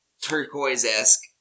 Turquoise-esque